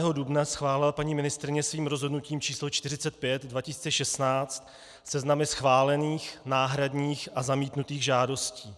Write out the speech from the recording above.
Dne 5. dubna schválila paní ministryně svým rozhodnutím číslo 45/2016 seznamy schválených, náhradních a zamítnutých žádostí.